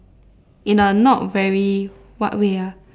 in a not very what way ah